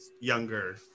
younger